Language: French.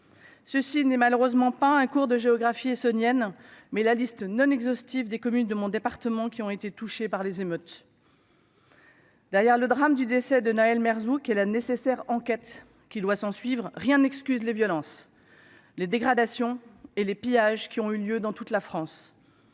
cela n’est malheureusement pas un cours de géographie essonnienne. C’est la liste non exhaustive des communes de mon département qui ont été touchées par les émeutes. Derrière le drame du décès de Nahel Merzouk et la nécessaire enquête qui doit s’ensuivre, rien n’excuse les violences, les dégradations et les pillages qui ont eu lieu dans toute la France.